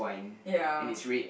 ya